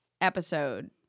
episode